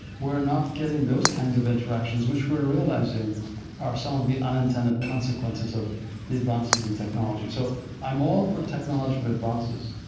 we're not getting those kinds of interactions, which we're realizing are some of the unintended consequences of the advances in technology. so i'm all for technological advances.